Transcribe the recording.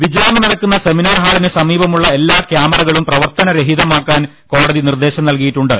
വിചാരണ നടക്കുന്ന സെമിനാർ ഹാളിന് സമീപമുള്ള എല്ലാ കൃാമറകളും പ്രവർത്തനരഹിതമാക്കാൻ കോടതി നിർദേശം നൽകിയിട്ടുണ്ട്